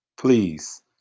please